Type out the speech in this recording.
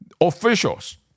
Officials